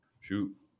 Shoot